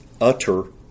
utter